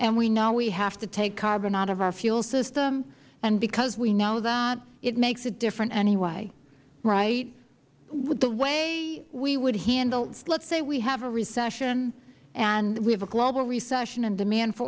and we know we have to take carbon out of our fuel system and because we know that it makes it different anyway right the way we would handle let's say we have a recession and we have a global recession and demand for